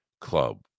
club